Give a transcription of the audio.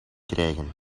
krijgen